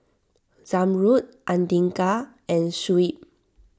Zamrud andika and Shuib